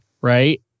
right